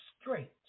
straight